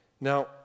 Now